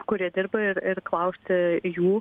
kurie dirba ir ir klausti jų